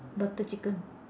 butter chicken